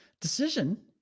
decision